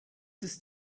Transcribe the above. ist